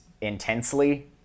intensely